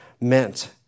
meant